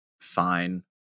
fine